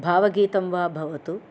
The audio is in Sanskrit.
भावगीतं वा भवतु